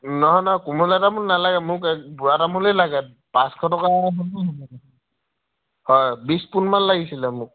নহয় নহয় কুমলীয়া তামোল নালাগে মোক বুঢ়া তামোলেই লাগে পাঁচশ টকা হয় বিশ পোণমান লাগিছিল মোক